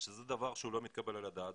זה דבר שלא מתקבל על הדעת.